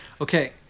Okay